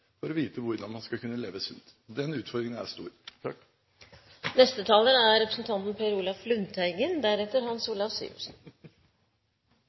for å vite hvordan man skal leve sunt. Den utfordringen er stor. Jeg vil takke interpellanten, Geir-Ketil Hansen, for interpellasjonen. Det er